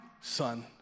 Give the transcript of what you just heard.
son